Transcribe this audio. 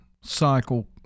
cycle